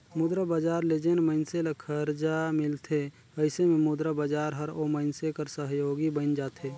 मुद्रा बजार ले जेन मइनसे ल खरजा मिलथे अइसे में मुद्रा बजार हर ओ मइनसे कर सहयोगी बइन जाथे